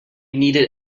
needed